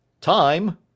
Time